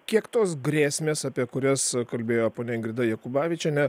kiek tos grėsmės apie kurias kalbėjo ponia ingrida jakubavičienė